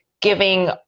giving